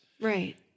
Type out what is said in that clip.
Right